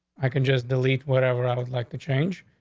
i can just delete whatever i would like to change.